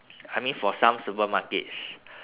I mean for some supermarkets